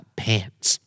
pants